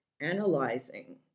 analyzing